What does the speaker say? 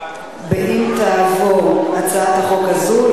אם תעבור הצעת החוק הזאת,